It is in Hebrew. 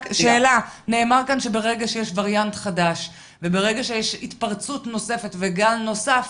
נאמר כאן שברגע שיש וריאנט חדש וברגע שיש התפרצות נוספת וגל נוסף,